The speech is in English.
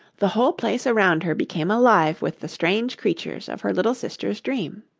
the whole place around her became alive with the strange creatures of her little sister's dream.